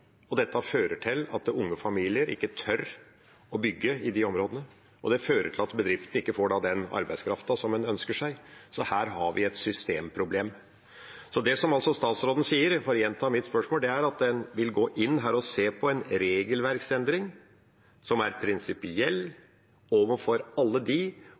Dette fører til at unge familier ikke tør å bygge i de områdene, og det fører til at bedriftene da ikke får den arbeidskraften som en ønsker seg. Så her har vi et systemproblem. Så det som altså statsråden sier, for å gjenta mitt spørsmål, er at en her vil gå inn og se på en regelverksendring, som er prinsipiell, overfor alle